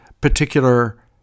particular